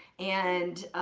and